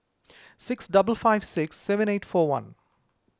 six double five six seven eight four one